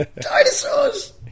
Dinosaurs